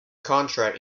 contract